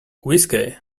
whiskey